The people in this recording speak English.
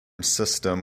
system